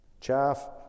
Chaff